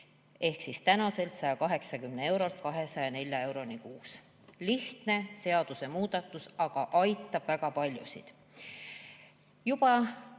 ehk tänaselt 180 eurolt 204 euroni kuus. Lihtne seadusemuudatus, aga aitab väga paljusid.